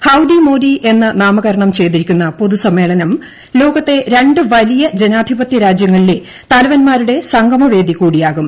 howdy Modi എന്ന് നാമകരണം ചെയ്തിരിക്കുന്ന പൊതുസമ്മേളനം ലോകത്തെ രണ്ടു വലിയ ജനാധിപത്യ രാജ്യങ്ങളിലെ തലവൻമാരുടെ സംഗമവേദി കൂടിയാകും